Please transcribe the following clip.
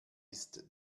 ist